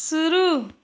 शुरू